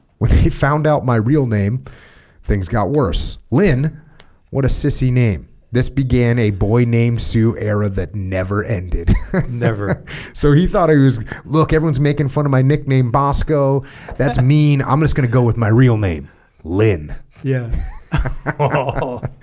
found out my real name things got worse lynn what a sissy name this began a boy named sioux era that never ended never so he thought he was look everyone's making fun of my nickname bosco that's mean i'm just going to go with my real name lin yeah ah